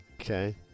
Okay